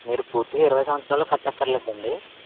మీరు పూర్తిగా ఇరవై సంవత్సరాలు కట్టక్కర్లేదండి